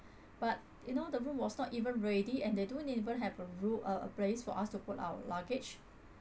but you know the room was not even ready and they don't even have a room a~ a place for us to put our luggage